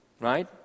Right